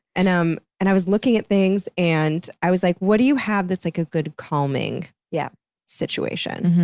and um and i was looking at things, and i was like, what do you have that's, like, a good calming yeah situation?